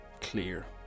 clear